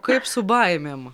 kaip su baimėm